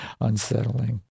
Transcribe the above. unsettling